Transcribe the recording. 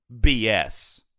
BS